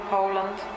Poland